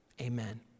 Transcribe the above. amen